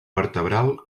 vertebral